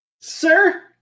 Sir